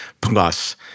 plus